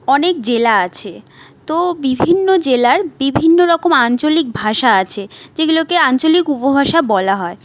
অনেক জেলা আছে তো বিভিন্ন জেলার বিভিন্ন রকম আঞ্চলিক ভাষা আছে যেগুলোকে আঞ্চলিক উপভাষা বলা হয়